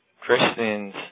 Christians